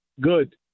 Good